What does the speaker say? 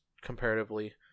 comparatively